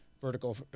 vertical